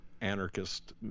anarchist